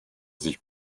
sich